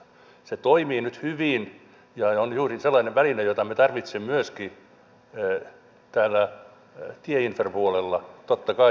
se toimii nyt hyvin ja on juuri sellainen väline jota me tarvitsemme myöskin täällä tieinfrapuolella totta kai